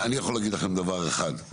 אני יכול להגיד לכם דבר אחד.